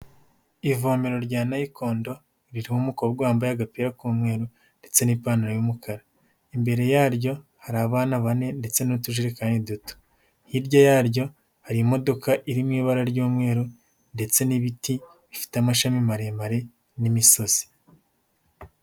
Ivomero rya nayikondo ririho umukobwa wambaye agapira k'umweru ndetse n'ipantaro y'umukara imbere yaryo hari abana bane ndetse n'utujerekani duto hirya yaryo harimo iririmo ibara ry'umweru ndetse n'ibiti bifite amashami maremare n'imisozi.